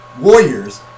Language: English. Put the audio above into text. warriors